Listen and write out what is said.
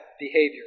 behavior